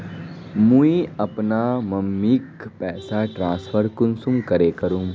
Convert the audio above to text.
मुई अपना मम्मीक पैसा ट्रांसफर कुंसम करे करूम?